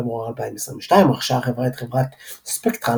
בפברואר 2022 רכשה החברה את חברת ספקטרל,